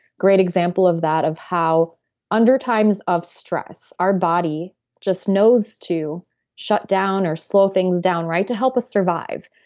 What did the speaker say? great example of that, of how under times of stress our body just knows to shut down or slow things down to help us survive.